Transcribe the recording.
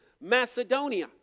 Macedonia